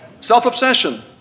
Self-obsession